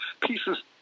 pieces